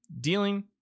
Dealing